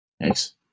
Thanks